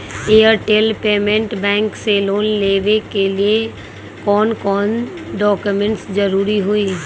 Airtel payments bank से loan लेवे के ले कौन कौन डॉक्यूमेंट जरुरी होइ?